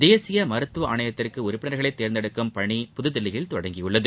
தேசிய மருத்துவ ஆணையத்திற்கு உறுப்பினர்களை தேர்ந்தெடுக்கும் பணி புதுதில்லியில் தொடங்கியுள்ளது